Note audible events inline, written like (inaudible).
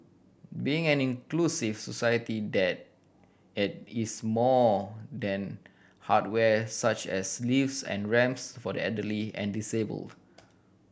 being an inclusive society that (hesitation) is more than hardware such as lifts and ramps for the elderly and disabled